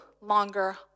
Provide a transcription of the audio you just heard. longer